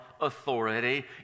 authority